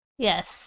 Yes